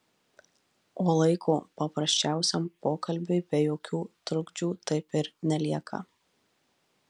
o laiko paprasčiausiam pokalbiui be jokių trukdžių taip ir nelieka